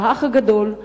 ב"אח הגדול",